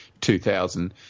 2000